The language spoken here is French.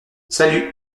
salut